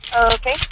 Okay